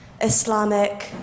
Islamic